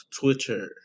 Twitter